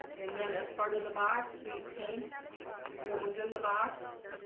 and then as part of the box we paint what was in the box.